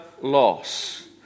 loss